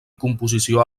composició